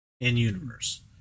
in-universe